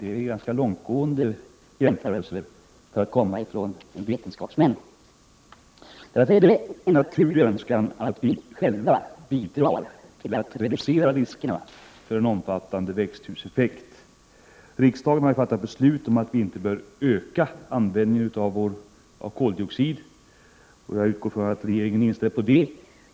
Det är en ganska långtgående jämförelse för att komma från vetenskapsmän. Därför är det en naturlig önskan att också vi i Sverige bidrar till att reducera riskerna för en omfattande växthuseffekt. Riksdagen har ju fattat beslut om att vi inte skall öka utsläppen av koldioxid, och jag utgår ifrån att regeringen är inställd på det.